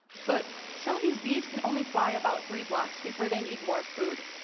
but some of these bees can only fly about three blocks before they need more food,